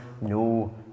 no